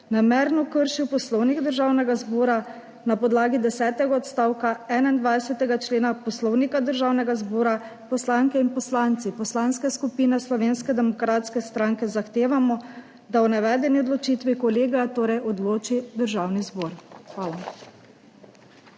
namerno kršil Poslovnik Državnega zbora, na podlagi desetega odstavka 21. člena Poslovnika Državnega zbora poslanke in poslanci Poslanske skupine Slovenske demokratske stranke zahtevamo, da o navedeni odločitvi kolegija odloči Državni zbor. Hvala.